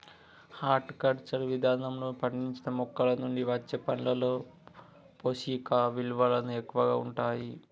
horticulture విధానంలో పండించిన మొక్కలనుండి వచ్చే పండ్లలో పోషకవిలువలు ఎక్కువగా ఉంటాయి